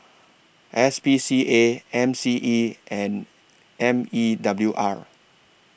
S P C A M C E and M E W R